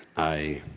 i.